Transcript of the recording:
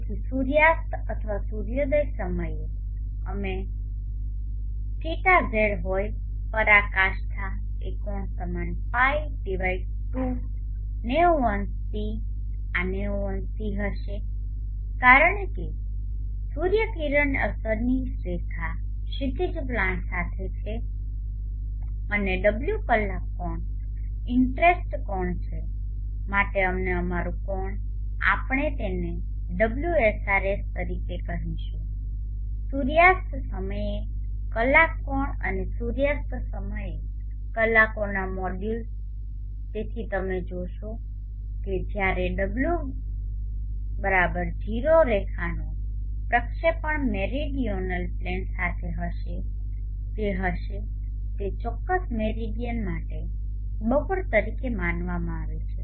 તેથી સૂર્યાસ્ત અથવા સૂર્યોદય સમયે અમે θZ હોય પરાકાષ્ઠાએ કોણ સમાન π 2 900C આ 900C હશે કારણ કે સૂર્યકિરણની અસરની રેખા ક્ષિતિજ પ્લાન સાથે છે અને ω કલાક કોણ ઇન્ટ્રેસ્ટ કોણ છે માટે અમને અમારું કોણ આપણે તેને ωsr એસ તરીકે કહીશું સૂર્યાસ્ત સમયે કલાક કોણ અને સૂર્યાસ્ત સમયે કલાકોના મોડ્યુલસ તેથી તમે જોશો કે જ્યારે ω 0રેખાનો પ્રક્ષેપણ મેરીડિઓનલ પ્લેન સાથે હશે જે હશે તે ચોક્કસ મેરિડીયન માટે બપોર તરીકે માનવામાં આવે છે